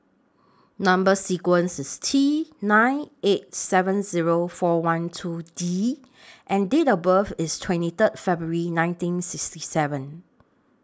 Number sequence IS T nine eight seven Zero four one two D and Date of birth IS twenty thrid February nineteen sixty seven